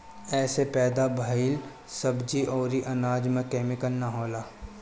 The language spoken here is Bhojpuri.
एसे पैदा भइल सब्जी अउरी अनाज में केमिकल ना होला